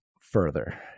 further